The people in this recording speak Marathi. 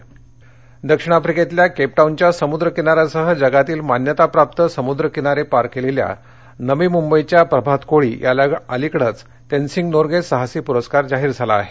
परस्कार नवी मंबई दक्षिण आफ्रिकेतील केपटाऊनच्या समुद्र किनाऱ्यासह जगातील मान्यताप्राप्राप्र समुद्र किनारे पार केलेल्या नवी मुंबईच्या प्रभात कोळी याला अलीकडेच तेन्त्संग नोगें साहसी पुरस्कार जाहीर झाला आहे